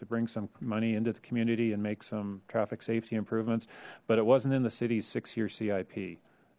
to bring some money into the community and make some traffic safety improvements but it wasn't in the city's six year cip